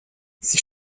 sie